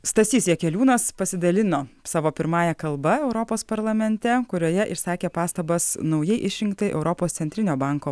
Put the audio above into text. stasys jakeliūnas pasidalino savo pirmąja kalba europos parlamente kurioje išsakė pastabas naujai išrinktai europos centrinio banko